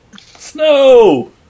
Snow